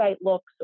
looks